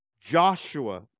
Joshua